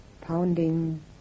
pounding